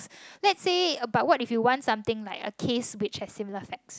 let say about what if you want something like a case which have similar facts